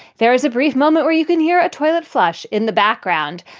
there is a brief moment where you can hear a toilet flush in the background.